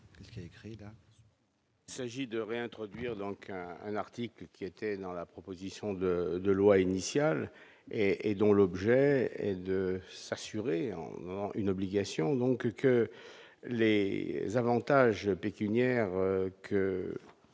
Il s'agit de réintroduire donc un un article qui était dans la proposition de de loi initial et et dont l'objet est de s'assurer une obligation donc que Les avantages pécuniaires que